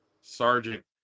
Sergeant